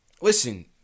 listen